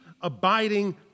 abiding